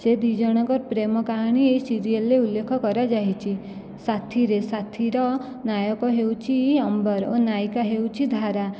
ସେ ଦି ଜଣଙ୍କର୍ ପ୍ରେମ କାହାଣୀ ଏହି ସିରିଏଲରେ ଉଲ୍ଲେଖ କରାଯାଇଛି ସାଥିରେ ସାଥିର ନାୟକ ହେଉଛି ଅମ୍ବର ଓ ନାୟିକା ହେଉଛି ଧାରା